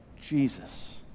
Jesus